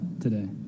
today